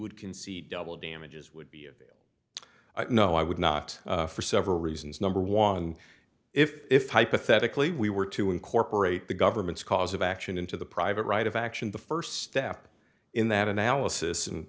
would concede double damages would be a no i would not for several reasons number one if hypothetically we were to incorporate the government's cause of action into the private right of action the first step in that analysis and